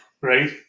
Right